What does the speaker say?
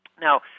Now